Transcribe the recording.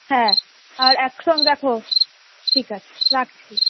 হ্যাঁ আর অ্যাকশন দেখো ঠিক আছে রাখছি